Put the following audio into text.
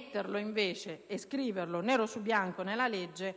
Stato; invece, scriverlo nero su bianco nella legge